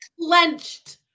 clenched